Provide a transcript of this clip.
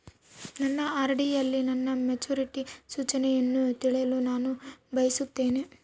ನನ್ನ ಆರ್.ಡಿ ಯಲ್ಲಿ ನನ್ನ ಮೆಚುರಿಟಿ ಸೂಚನೆಯನ್ನು ತಿಳಿಯಲು ನಾನು ಬಯಸುತ್ತೇನೆ